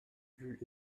eus